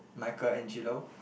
Michael Angelo